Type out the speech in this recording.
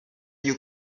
you